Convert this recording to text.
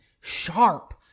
sharp